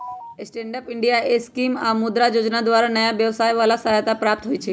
stand up India scheme आऽ मुद्रा जोजना द्वारा नयाँ व्यवसाय बला के सहायता प्राप्त होइ छइ